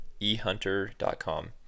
ehunter.com